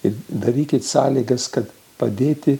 ir darykit sąlygas kad padėti